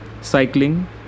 Cycling